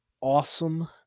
awesome